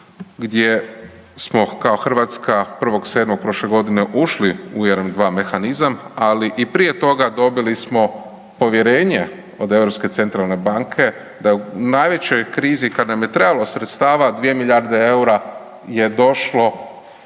gdje smo kao Hrvatska 1.7. prošle godine ušli u EREM 2 mehanizam, ali i prije toga dobili smo povjerenje od Europske centralne banke da u najvećoj krizi kad nam je trebalo sredstava 2 milijarde EUR-a je došlo,